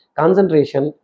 concentration